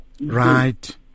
Right